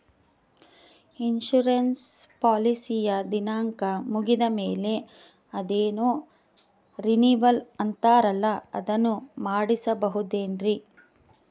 Insurance ಪಾಲಿಸಿಯ ದಿನಾಂಕ ಮುಗಿದ ಮೇಲೆ ಅದೇನೋ ರಿನೀವಲ್ ಅಂತಾರಲ್ಲ ಅದನ್ನು ಮಾಡಿಸಬಹುದೇನ್ರಿ?